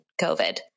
COVID